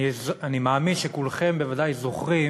אני מאמין שכולכם בוודאי זוכרים